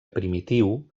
primitiu